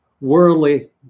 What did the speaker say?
worldly